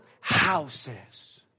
houses